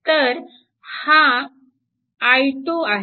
तर हा i 2 आहे